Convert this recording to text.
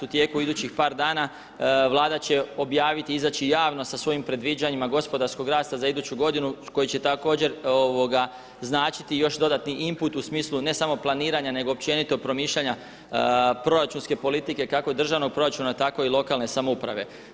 U tijeku idućih par dana Vlada će objaviti, izaći javno sa svojim predviđanjima gospodarskog rasta za iduću godinu koji će također značiti još dodatni input u smislu ne samo planiranja nego općenito promišljanja proračunske politike kako državnog proračuna tako i lokalne samouprave.